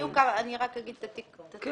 הוא